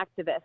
activists